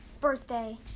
birthday